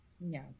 No